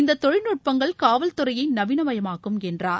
இந்த தொழில்நுட்பங்கள் காவல்துறையை நவீன மயமாக்கும் என்றார்